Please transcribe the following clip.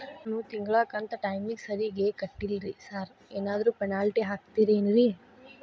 ನಾನು ತಿಂಗ್ಳ ಕಂತ್ ಟೈಮಿಗ್ ಸರಿಗೆ ಕಟ್ಟಿಲ್ರಿ ಸಾರ್ ಏನಾದ್ರು ಪೆನಾಲ್ಟಿ ಹಾಕ್ತಿರೆನ್ರಿ?